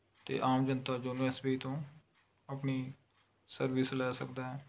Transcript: ਅਤੇ ਆਮ ਜਨਤਾ ਯੋਨੋ ਐੱਸ ਬੀ ਆਈ ਤੋਂ ਆਪਣੀ ਸਰਵਿਸ ਲੈ ਸਕਦੀ ਹੈ